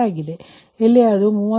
ಮತ್ತು ಇಲ್ಲಿ ಅದು 39